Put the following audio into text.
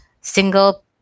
single